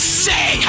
say